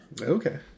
Okay